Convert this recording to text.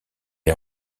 est